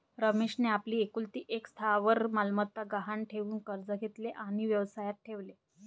रमेशने आपली एकुलती एक स्थावर मालमत्ता गहाण ठेवून कर्ज घेतले आणि व्यवसायात ठेवले